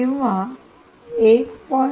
किंवा 1